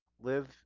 Live